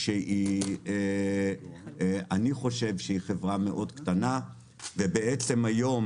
שאני חושב שהיא חברה מאוד קטנה ובעצם היום